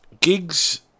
gigs